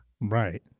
Right